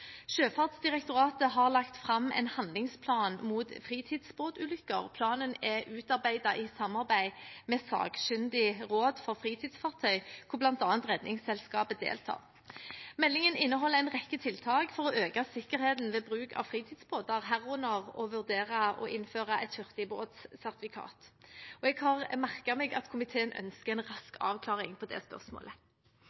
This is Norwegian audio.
Sjøfartsdirektoratet har lagt fram en handlingsplan mot fritidsbåtulykker. Planen er utarbeidet i samarbeid med Sakkyndig Råd for Fritidsfartøy, der bl.a. Redningsselskapet deltar. Meldingen inneholder en rekke tiltak for å øke sikkerheten ved bruk av fritidsbåter, herunder å vurdere å innføre et hurtigbåtsertifikat, og jeg har merket meg at komiteen ønsker en rask